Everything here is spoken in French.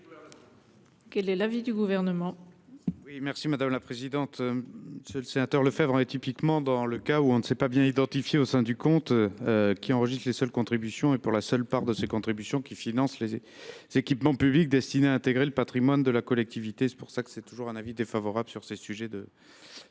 Quel est l’avis du Gouvernement ?